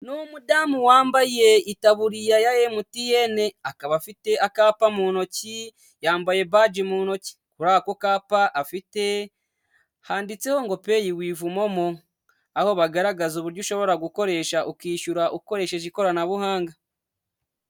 Ni umudamu wambaye itaburiya ya Emutiyene. Akaba afite akapa mu ntoki, yambaye baji mu ntoki. Kuri ako kapa afite handitseho ngo peyi wivu momo. Aho bagaragaza uburyo ushobora gukoresha ukishyura ukoresheje ikoranabuhanga.